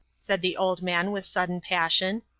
said the old man with sudden passion.